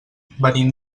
venim